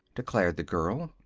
declared the girl.